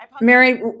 Mary